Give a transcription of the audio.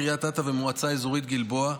קריית אתא ומועצה אזורית גלבוע,